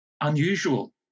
Unusual